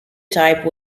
type